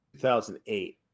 2008